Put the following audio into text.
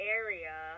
area